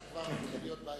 זה כבר מתחיל להיות בעייתי.